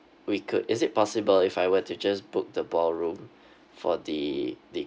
we could is it possible if I were to just book the ballroom for the the